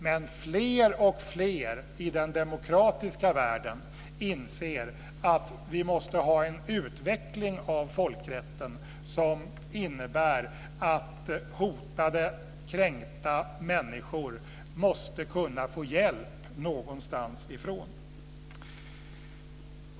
Men fler och fler i den demokratiska världen inser att vi måste ha en utveckling av folkrätten som innebär att hotade och kränkta människor måste kunna få hjälp någonstans ifrån.